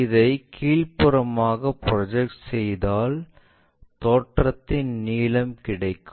இதை கீழ்ப்புறமாக ப்ரொஜெக்ட் செய்தாள் தோற்றத்தின் நீளம் கிடைக்கும்